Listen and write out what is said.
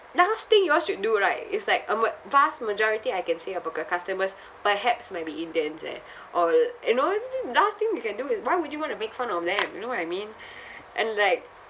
last thing you all should do right is like a ma~ vast majority I can say about the customers perhaps might be indians eh all you know last thing you can do is why would you want to make fun of them you know what I mean and like